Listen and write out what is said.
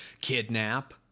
Kidnap